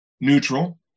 neutral